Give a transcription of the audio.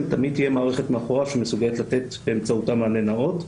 תמיד תהיה מערכת מאחוריו שמסוגלת לתת באמצעותה מענה נאות,